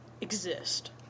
exist